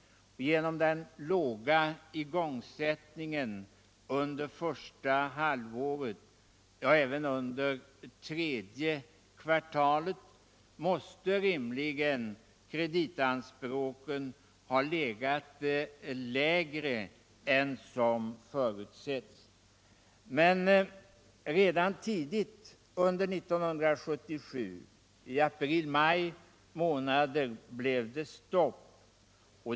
Genom den låga igångsättningen under förra halvåret, ja. även under tredje kvartalet, måste rimligen kreditanspråken ha legat lägre än som förutsetts. Men redan tidigt under 1977 — i april-maj — blev det stopp.